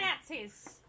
Nazis